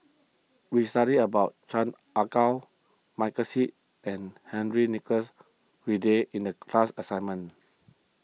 we studied about Chan Ah Kow Michael Seet and Henry Nicholas Ridley in the class assignment